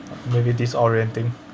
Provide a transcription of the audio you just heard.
maybe disorienting